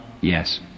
Yes